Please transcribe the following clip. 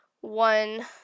one